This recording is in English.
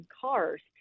cars